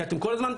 כי אתם כל הזמן,